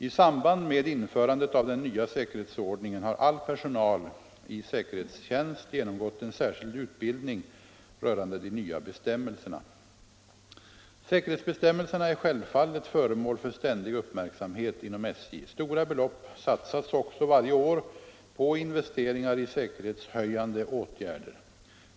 I samband med införandet av den nya säkerhetsordningen har all personal i säkerhetstjänst genomgått en särskild utbildning rörande de nya bestämmelserna. Säkerhetsbestämmelserna är självfallet föremål för ständig uppmärksamhet inom SJ. Stora belopp satsas också varje år på investeringar i säkerhetshöjande åtgärder.